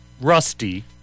rusty